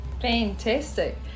Fantastic